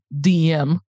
DM